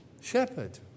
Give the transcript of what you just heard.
shepherd